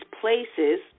places